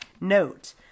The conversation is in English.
Note